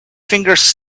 fingers